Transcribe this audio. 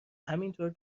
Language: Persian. همینطور